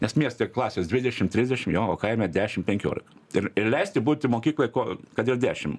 nes mieste klasės dvidešim trisdešim jo o kaime dešim penkiolik ir ir leisti būti mokyklai ko kad ir dešim